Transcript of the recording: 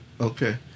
Okay